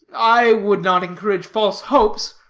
i will not encourage false hopes,